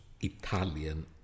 Italian